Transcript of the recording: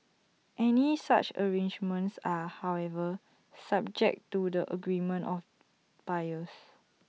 any such arrangements are however subject to the agreement of buyers